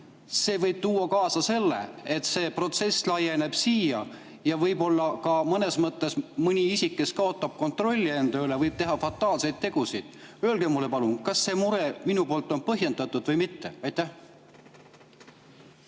See võib tuua kaasa selle, et see protsess laieneb siia. Ja võib-olla ka mõnes mõttes mõni isik, kes kaotab kontrolli enda üle, võib teha fataalseid tegusid. Öelge mulle palun, kas see minu mure on põhjendatud või mitte. Aitäh!